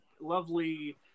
lovely